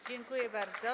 Dziękuję bardzo.